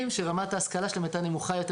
שרמת ההשכלה שלהם הייתה נמוכה יותר,